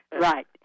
Right